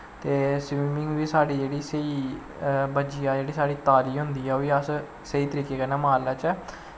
ते स्विमिंग बी साढी जेह्ड़ी स्हेई बज्जी जा जेह्ड़ी साढ़ी तारी होंदी ओह्बी अस स्हेई तरीके कन्नै मारी लैच्चै